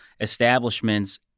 establishments